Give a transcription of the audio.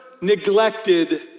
neglected